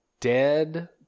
dead